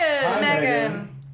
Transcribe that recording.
Megan